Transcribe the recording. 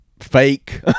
fake